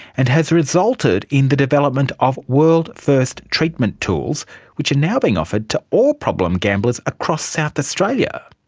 and has resulted in the development of world-first treatment tools which are now being offered to all problem gamblers across south australia.